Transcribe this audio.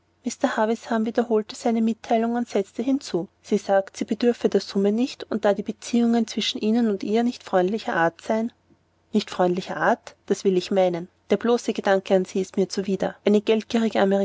wiederholte seine mitteilung und setzte hinzu sie sagt sie bedürfe der summe nicht und da die beziehungen zwischen ihr und ihnen nicht freundlicher art seien nicht freundlicher art das will ich meinen der bloße gedanke an sie ist mir zuwider eine geldgierige